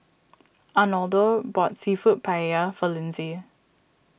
Arnoldo bought Seafood Paella for Lindsay